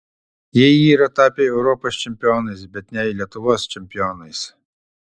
jie yra tapę europos čempionais bet ne lietuvos čempionais